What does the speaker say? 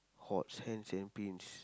hot sands and pins